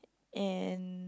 and